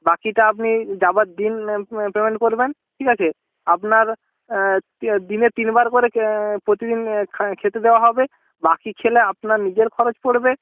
বাকিটা আপনি যাবার দিন পেমেন্ট করবেন ঠিক আছে আপনার দিনে তিনবার করে প্রতিদিন খেতে দেওয়া হবে বাকি খেলে আপনার নিজের খরচ পড়বে